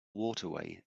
waterway